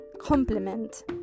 complement